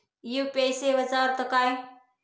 UPI सेवेचा अर्थ काय?